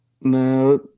No